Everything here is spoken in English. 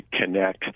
connect